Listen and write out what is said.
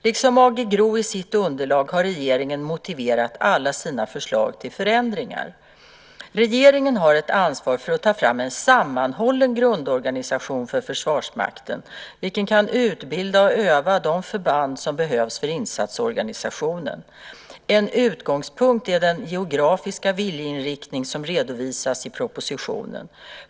Liksom AG GRO i sitt underlag har regeringen motiverat alla sina förslag till förändringar. Regeringen har ett ansvar för att ta fram en sammanhållen grundorganisation för Försvarsmakten, vilken kan utbilda och öva de förband som behövs för insatsorganisationen. En utgångspunkt är den geografiska viljeinriktning som redovisas i propositionen.